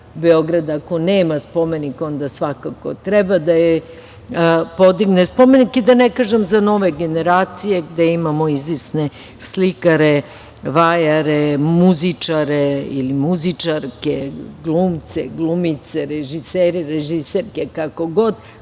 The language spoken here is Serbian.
Beograd ako nema spomenik, onda svakako treba da joj podigne spomenik. Da ne kažem za nove generacije, gde imamo izvesne slikare, vajare, muzičare ili muzičarke, glumce, glumice, režisere, režiserke, kako god,